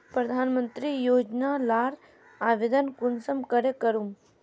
प्रधानमंत्री योजना लार आवेदन कुंसम करे करूम?